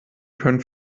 können